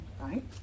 right